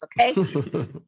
okay